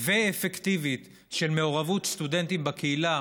ואפקטיבית של מעורבות סטודנטים בקהילה